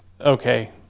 okay